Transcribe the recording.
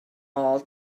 all